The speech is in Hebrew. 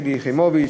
שלי יחימוביץ,